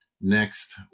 next